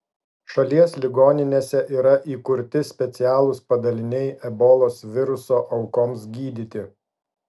šalies ligoninėse yra įkurti specialūs padaliniai ebolos viruso aukoms gydyti